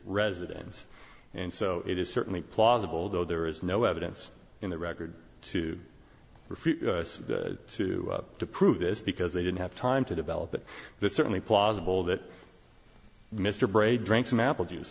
residence and so it is certainly plausible though there is no evidence in the record to refer to to prove this because they didn't have time to develop but it certainly plausible that mr bray drank some apple juice